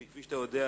כי כפי שאתה יודע,